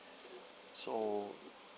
so